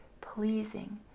pleasing